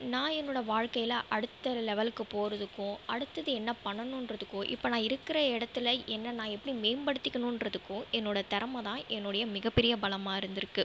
நான் என்னுடய வாழ்க்கையில் அடுத்த லெவலுக்கு போகிறதுக்கும் அடுத்தது என்ன பண்ணனுன்றதுக்கும் இப்போ நான் இருக்கிற இடத்துல என்னை நான் எப்படி மேம்படுத்திக்கணுன்றதுக்கும் என்னோடய திறம தான் என்னோடய மிகப்பெரிய பலமாக இருந்துருக்குது